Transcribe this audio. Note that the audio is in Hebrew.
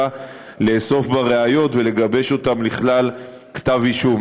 לאסוף בה ראיות ולגבש אותן לכלל כתב אישום.